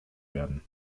werden